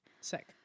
Sick